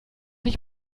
ich